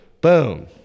Boom